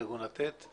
ארגון לתת.